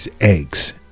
eggs